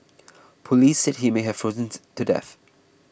police said he may have to death